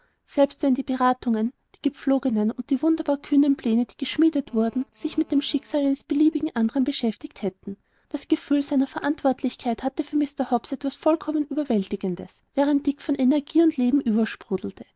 selbst wenn die beratungen die gepflogen und die wunderbar kühnen pläne die geschmiedet wurden sich mit dem schicksal eines beliebigen andern beschäftigt hätten das gefühl seiner verantwortlichkeit hatte für mr hobbs etwas vollkommen überwältigendes während dick von energie und leben übersprudelte